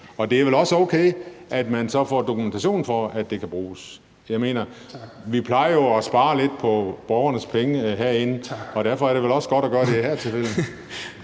Og det er vel også okay, at man så får dokumentation for, at den kan bruges. Jeg mener: Vi plejer jo at spare lidt på borgernes penge herinde, og derfor er det vel også godt at gøre det i det her tilfælde.